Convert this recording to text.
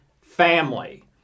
family